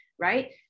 right